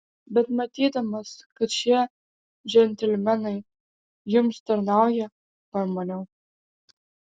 bet matydamas kad šie džentelmenai jums tarnauja pamaniau